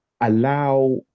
allow